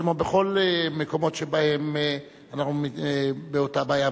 כמו בכל המקומות שבהם אנחנו באותה בעיה.